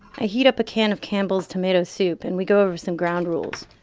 i heat up a can of campbell's tomato soup and we go over some ground rules.